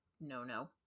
no-no